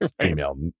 female